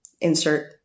insert